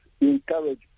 encourage